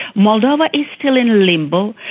moldova is still in limbo.